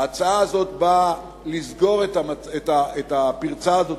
ההצעה הזאת באה לסגור את הפרצה הזאת